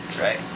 right